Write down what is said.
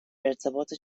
ارتباط